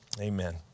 amen